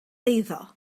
eiddo